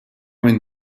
minn